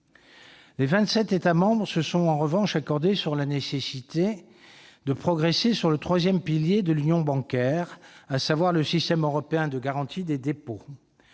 États membres se sont en revanche accordés sur la nécessité de progresser s'agissant du troisième pilier de l'union bancaire, à savoir le système européen de garantie des dépôts.